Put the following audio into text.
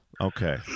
Okay